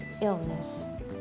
illness